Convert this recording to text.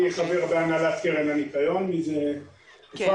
אני חבר בהנהלת קרן הניקיון לאחרונה,